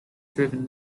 driven